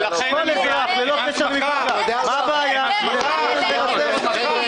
איך שומרי דרך יכולים ואנחנו לא יכולים.